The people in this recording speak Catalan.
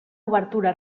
obertura